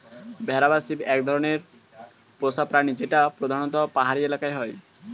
ভেড়া বা শিপ এক ধরনের পোষ্য প্রাণী যেটা প্রধানত পাহাড়ি এলাকায় হয়